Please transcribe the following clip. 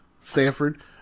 Stanford